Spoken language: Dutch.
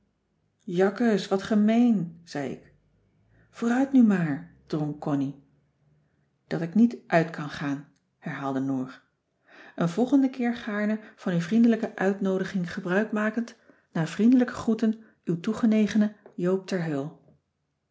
jakkes wat gemeen zei ik vooruit nu maar drong connie dat ik niet uit kan gaan herhaalde noor een volgend keer gaarne van uw vriendelijke uitnoodiging cissy van marxveldt de h b s tijd van joop ter heul gebruik makend na vriendelijke groeten uw toegene gene joop ter heul